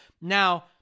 Now